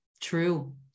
True